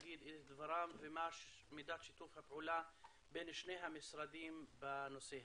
לומר את דברם ומה מידת שיתוף הפעולה בין שני המשרדים בנושא.